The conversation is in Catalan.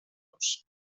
los